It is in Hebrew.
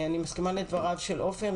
אני מסכימה לדבריו של עופר,